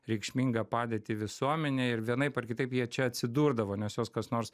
reikšmingą padėtį visuomenėj ir vienaip ar kitaip jie čia atsidurdavo nes juos kas nors